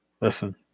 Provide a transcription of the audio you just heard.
listen